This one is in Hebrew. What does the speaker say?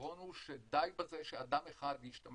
היתרון הוא שדי בזה שאדם אחד ישתמש